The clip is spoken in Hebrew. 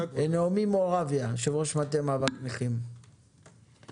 נעמי מורביה, יושבת-ראש מטה מאבק הנכים, בבקשה.